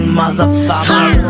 Motherfucker